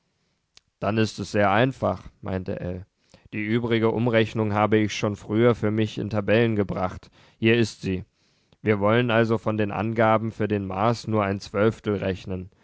dann ist es sehr einfach meinte ell die übrige umrechnung habe ich schon früher für mich in tabellen gebracht hier ist sie wir wollen also von den angaben für den mars nur ein zwölftel rechnen